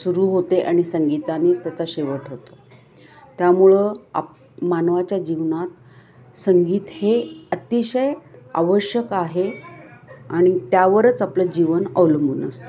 सुरू होते आणि संगीतानीच त्याचा शेवट होतो त्यामुळं आप मानवाच्या जीवनात संगीत हे अतिशय आवश्यक आहे आणि त्यावरच आपलं जीवन अवलंबून असतं